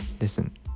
listen